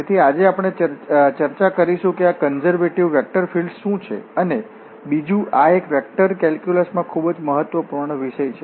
તેથી આજે આપણે ચર્ચા કરીશું કે આ કન્ઝર્વેટિવ વેક્ટર ફીલ્ડ્સ શું છે અને બીજુ આ એક વેક્ટર કેલ્ક્યુલસમાં ખૂબ જ મહત્વપૂર્ણ વિષય છે